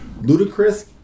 ludicrous